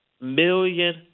million